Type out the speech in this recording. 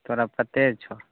तोरा पते छौ